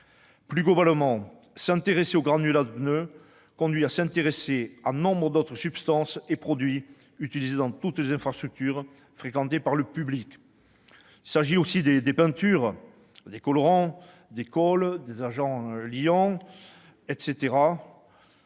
Plus globalement, s'intéresser aux granulats de pneus conduit à s'intéresser à nombre d'autres substances et produits utilisés dans toutes les infrastructures fréquentées par le public : peintures, colorants, colles, agents lissants,